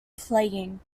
playing